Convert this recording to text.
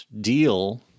deal